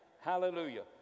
Hallelujah